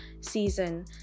season